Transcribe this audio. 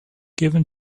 given